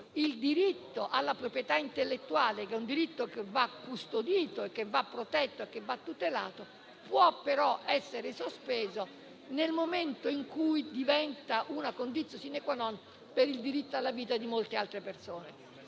il diritto alla proprietà intellettuale, che va custodito, protetto e tutelato, possa però essere sospeso nel momento in cui diventa una *conditio sine qua non* per il diritto alla vita di molte persone.